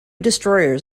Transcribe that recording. destroyers